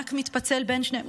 המענק מתפצל בין שניהם.